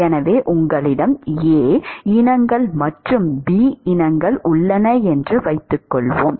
எனவே உங்களிடம் A இனங்கள் மற்றும் B இனங்கள் உள்ளன என்று வைத்துக்கொள்வோம்